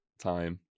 time